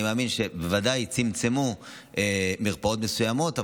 אני מאמין שצמצמו בוודאי מרפאות מסוימות,